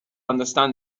understand